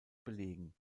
belegen